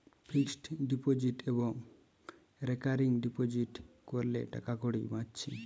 fixed deposit আর recurring deposit কোরলে টাকাকড়ি বাঁচছে